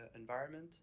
environment